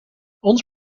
ons